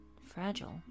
fragile